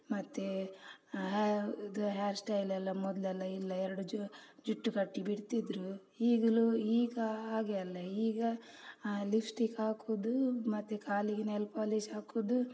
ಮತ್ತು ಹೆ ಇದು ಹೇರ್ ಸ್ಟೈಲೆಲ್ಲ ಮೊದಲೆಲ್ಲ ಇಲ್ಲ ಎರಡು ಜುಟ್ಟು ಕಟ್ಟಿ ಬಿಡ್ತಿದ್ದರು ಈಗಲೂ ಈಗ ಹಾಗೆ ಅಲ್ಲ ಈಗ ಆ ಲಿಪ್ಸ್ಟಿಕ್ ಹಾಕೋದು ಮತ್ತೆ ಕಾಲಿಗೆ ನೈಲ್ ಪೋಲಿಶ್ ಹಾಕೋದು